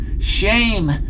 Shame